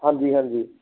ਹਾਂਜੀ ਹਾਂਜੀ